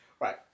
Right